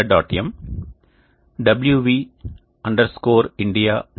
m wv India